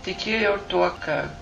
tikėjau tuo kad